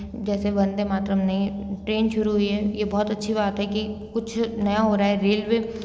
जैसे वंदे मातरम नई ट्रेन शुरू हुई है ये बहुत अच्छी बात है कि कुछ नया हो रहा है रेलवे